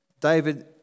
David